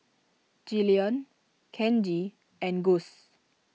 Jillian Kenji and Guss